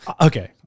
Okay